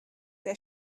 der